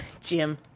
Jim